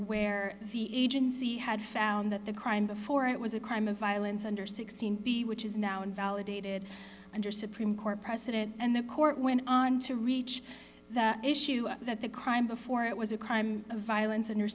where the agency had found that the crime before it was a crime of violence under sixteen b which is now invalidated under supreme court precedent and the court went on to reach the issue that the crime before it was a crime of violence